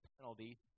penalty